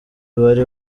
bari